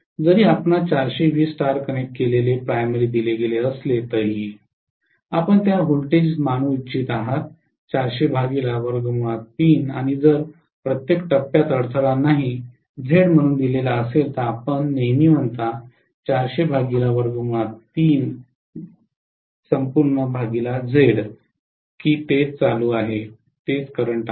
जरी आपणास 400 V star connect केलेले प्राथमिक दिले गेले असले तरीही आपण त्या व्होल्टेजस मानू इच्छित आहात आणि जर प्रत्येक टप्प्यात अडथळा काही Z म्हणून दिलेला असेल तर आपण नेहमी म्हणता की तेच चालू आहे